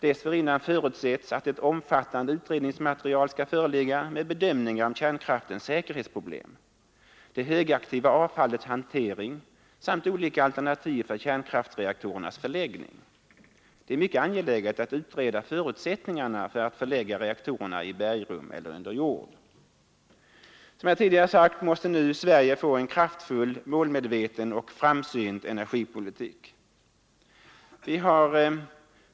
Dessförinnan förutsätts att ett omfattande utredningsmaterial skall föreligga med bedömningar av kärnkraftens säkerhetsproblem och det högaktiva avfallets hantering samt olika alternativ för kärnkraftsreaktorernas förläggning. Det är mycket angeläget att utreda förutsättningarna för att förlägga reaktorerna i bergrum eller under jord. Som jag tidigare sagt måste nu Sverige få en kraftfull, målmedveten och framsynt energipolitik.